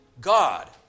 God